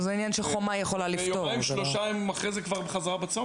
אלא אחרי יומיים-שלושה אחרי זה הם כבר חזרה בצומת.